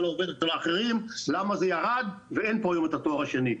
לעובד" והאחרים למה זה ירד ואין היום את התואר השני,